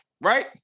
right